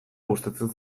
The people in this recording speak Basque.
gustatzen